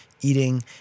eating